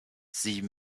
sie